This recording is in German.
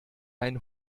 ein